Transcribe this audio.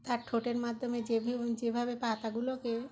তার ঠোঁটের মাধ্যমে যেভি যেভাবে পাতাগুলোকে